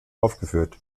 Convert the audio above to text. aufgeführt